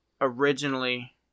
originally